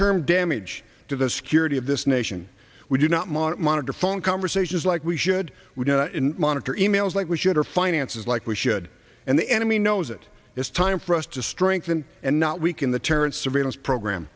term damage to the security of this nation we do not monitor phone conversations like we should we don't monitor e mails like we should or finances like we should and the enemy knows it is time for us to strengthen and not weaken the terrorist surveillance program